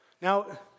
Now